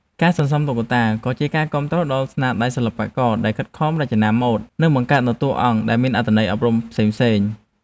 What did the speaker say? ការសន្សំតុក្កតាក៏ជាការគាំទ្រដល់ស្នាដៃសិល្បករ ដែលបានខិតខំរចនាម៉ូដ និងបង្កើតនូវតួអង្គដែលមានអត្ថន័យអប់រំផ្សេងៗ។